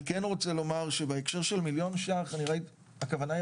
אני כן רוצה לומר שבהקשר של מליון ש"ח הכוונה היא